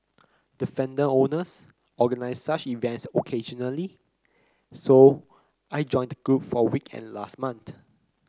defender owners organise such events occasionally so I joined the group for a weekend last month